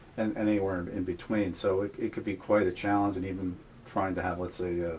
and anywhere and in between, so it could be quite a challenge, and even trying to have, let's say,